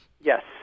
Yes